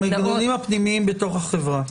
המנגנונים הפנימיים בתוך החברה.